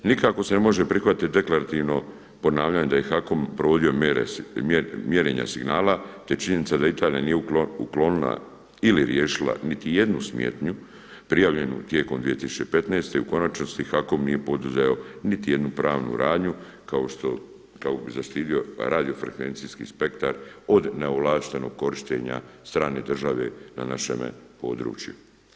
Nikako se ne može prihvatiti deklarativno ponavljanje da je HAKOM provodio mjere mjerenja signala te činjenica da Italija nije uklonila ili riješila niti jednu smetnju prijavljenu tijekom 2015. u konačnici HAKOM nije poduzeo niti jednu pravnu radnju kao što, kao i zaštitio radiofrekvencijski spektar od neovlaštenog korištenja strane države na našemu području.